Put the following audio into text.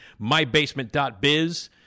MyBasement.biz